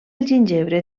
gingebre